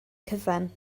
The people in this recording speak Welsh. cyfan